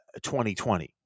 2020